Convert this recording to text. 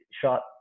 shot